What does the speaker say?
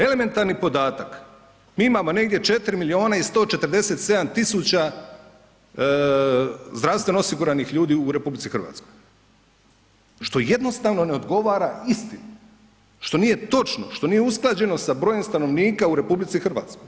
Elementarni podatak, mi imamo negdje 4 miliona 147 tisuća zdravstveno osiguranih ljudi u RH, što jednostavno ne odgovara istini, što nije točno, što nije usklađeno sa brojem stanovnika u RH.